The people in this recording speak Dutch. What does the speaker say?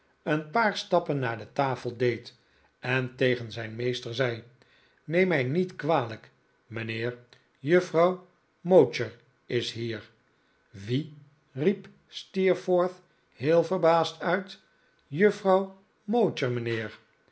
een paar stappen naar de tafel deed en tegen zijn meester zei neem mij niet kwalijk mijnheer juffrouw mowcher is hier wie riep steerforth heel verbaasd uit juffrouw